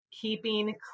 keeping